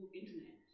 internet